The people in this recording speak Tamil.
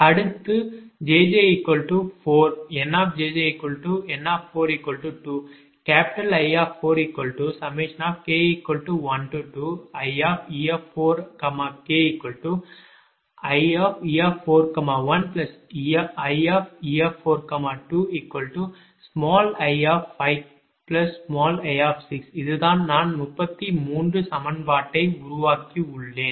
அடுத்துjj4 NjjN42 I4k12ie4kie41ie42i5i இதுதான் நான் 33 சமன்பாட்டை உருவாக்கியுள்ளேன்